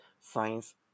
science